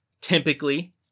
typically